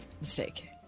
Mistake